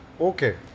Okay